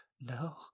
No